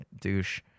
douche